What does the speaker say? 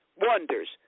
wonders